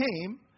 came